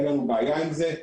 אין לנו בעיה עם זה.